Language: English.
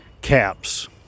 caps